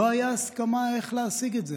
לא הייתה הסכמה על איך להשיג את זה.